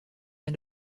and